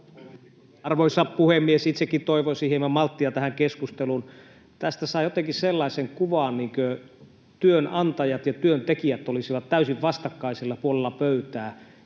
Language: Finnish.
Arvoisa puhemies! Itsekin toivoisin hieman malttia tähän keskusteluun. Tästä saa jotenkin sellaisen kuvan, että työnantajat ja työntekijät olisivat täysin vastakkaisilla puolilla pöytää.